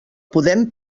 podem